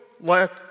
let